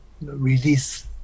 release